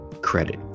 credit